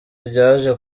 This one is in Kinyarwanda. ryaje